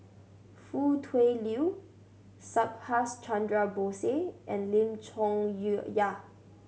Foo Tui Liew Subhas Chandra Bose and Lim Chong Yah